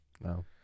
No